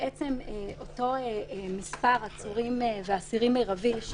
אותו מספר עצורים ואסירים מרבי,